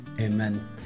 Amen